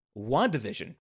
Wandavision